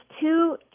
two